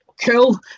Cool